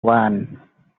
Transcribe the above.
one